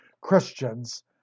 Christians